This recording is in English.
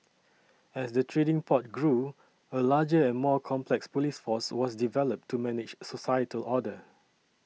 as the trading port grew a larger and more complex police force was developed to manage societal order